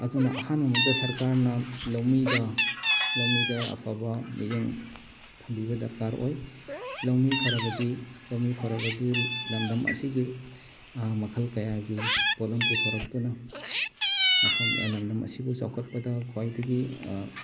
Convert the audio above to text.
ꯑꯗꯨꯅ ꯑꯍꯥꯟꯕ ꯃꯛꯇꯗ ꯁꯔꯀꯥꯔꯅ ꯂꯧꯃꯤꯗ ꯂꯧꯃꯤꯗ ꯑꯐꯕ ꯃꯤꯠꯌꯦꯡ ꯊꯝꯕꯤꯕ ꯗꯔꯀꯥꯔ ꯑꯣꯏ ꯂꯧꯃꯤ ꯐꯔꯕꯗꯤ ꯂꯧꯃꯤ ꯐꯔꯕꯗꯤ ꯂꯝꯗꯝ ꯑꯁꯤꯒꯤ ꯃꯈꯜ ꯀꯌꯥꯒꯤ ꯄꯣꯠꯂꯝ ꯄꯨꯊꯣꯔꯛꯇꯨꯅ ꯃꯐꯝ ꯂꯝꯗꯝ ꯑꯁꯤꯕꯨ ꯆꯥꯎꯈꯠꯄꯗ ꯈ꯭ꯋꯥꯏꯗꯒꯤ